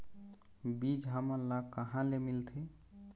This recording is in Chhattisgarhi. बीज हमन ला कहां ले मिलथे?